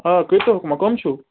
آ کٔرۍ تو حُکما کٕم چھُو